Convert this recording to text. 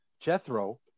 Jethro